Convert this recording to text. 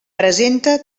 presenta